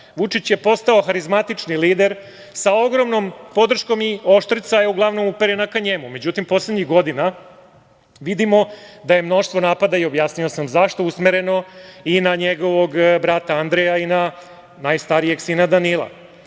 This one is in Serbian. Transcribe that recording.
Vučić je postao harizmatični lider, sa ogromnom podrškom i oštrica je uglavnom uperena ka njemu, međutim, poslednjih godina vidimo da je mnoštvo napada, i objasnio sam zašto, usmereno i na njegovog brata Andreja i na najstarijeg sina Danila.